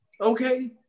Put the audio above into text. Okay